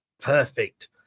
Perfect